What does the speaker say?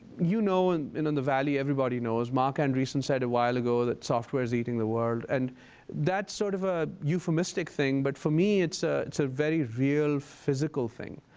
you know and in and the valley everybody knows, marc andreessen said a while ago that software is eating the world. and that's sort of a euphemistic thing, but for me it's ah it's a very real, physical thing.